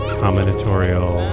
combinatorial